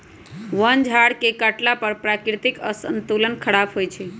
वन झार के काटला पर प्राकृतिक संतुलन ख़राप होइ छइ